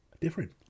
Different